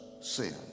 sin